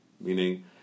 Meaning